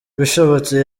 bishobotse